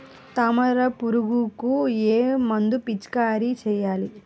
తామర పురుగుకు ఏ మందు పిచికారీ చేయాలి?